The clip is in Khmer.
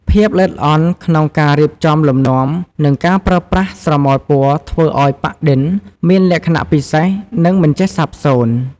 ភាពល្អិតល្អន់ក្នុងការរៀបចំលំនាំ និងការប្រើប្រាស់ស្រមោលពណ៌ ធ្វើឱ្យប៉ាក់-ឌិន មានលក្ខណៈពិសេស និងមិនចេះសាបសូន្យ។